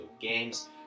games